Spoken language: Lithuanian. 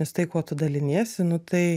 nes tai kuo tu daliniesi nu tai